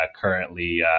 currently